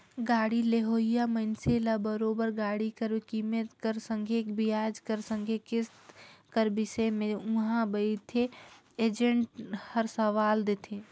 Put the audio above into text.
गाड़ी लेहोइया मइनसे ल बरोबेर गाड़ी कर कीमेत कर संघे बियाज कर संघे किस्त कर बिसे में उहां बइथे एजेंट हर सलाव देथे